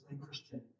Christian